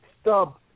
Stub